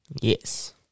Yes